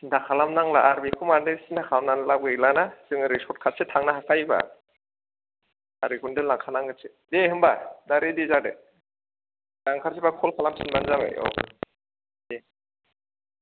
सिनथा खालाम नांला आर बेखौ सिन्था खालामनानै लाब गैलाना जों ओरैस सट खाटसो थांनो हाखायोबा गारिखौनो दोनलां खानांगोनसो दे होनबा दा रिडि जादो दा ओंखारसैबा कल खालामफिनबानो जाबाय औ दे